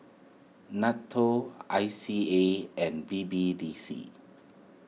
Nato I C A and B B D C